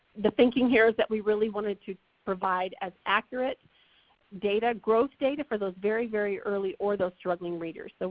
the thinking here is that we really wanted to provide as accurate data, growth data for those very very early or those struggling readers. so